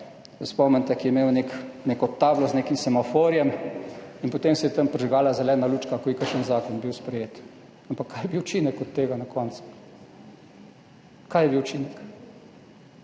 spomnite, ki je imel neko tablo z nekim semaforjem in potem se je tam prižgala zelena lučka, ko je bil kakšen zakon sprejet. Ampak kaj je bil učinek tega na koncu? In nekaj